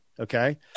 Okay